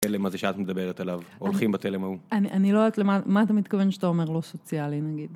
בתלם הזה שאת מדברת עליו? הולכים בתלם ההוא? אני לא יודעת למה אתה מתכוון שאתה אומר לא סוציאלי נגיד.